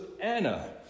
Anna